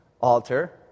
altar